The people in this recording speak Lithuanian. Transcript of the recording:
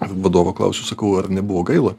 vadovo klausiu sakau ar nebuvo gaila